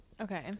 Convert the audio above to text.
Okay